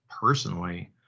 personally